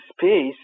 space